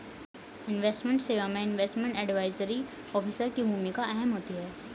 investment सेवा में investment advisory officer की भूमिका अहम होती है